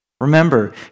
Remember